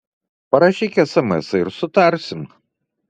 parašyk esemesą ir sutarsim